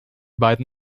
beiden